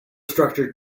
structure